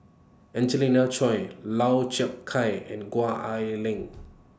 Angelina Choy Lau Chiap Khai and Gwee Ah Leng